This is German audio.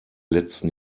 letzten